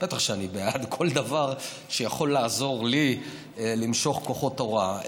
בטח שאני בעד כל דבר שיכול לעזור לי למשוך כוחות הוראה.